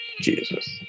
Jesus